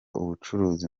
ubucuruzi